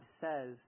says